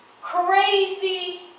crazy